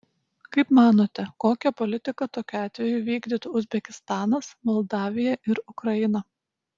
kaip manote kokią politiką tokiu atveju vykdytų uzbekistanas moldavija ir ukraina